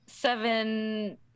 seven